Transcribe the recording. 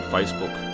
Facebook